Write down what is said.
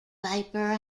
viper